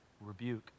rebuke